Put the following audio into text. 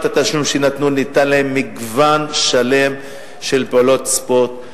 התשלום שנתנו ניתן להם מגוון שלם של פעולות ספורט?